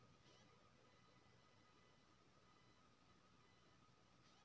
गेहूं के काटे के लेल कोन मसीन अच्छा छै आर ओ कतय भेटत?